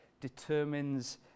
determines